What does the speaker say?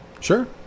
Sure